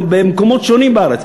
במקומות שונים בארץ,